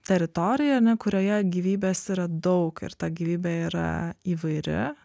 teritorija ar ne kurioje gyvybės yra daug ir ta gyvybė yra įvairi